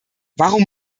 warum